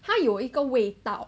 它有一个味道